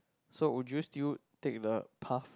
so would you still take the path